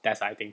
test I think